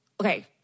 Okay